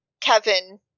Kevin